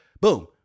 boom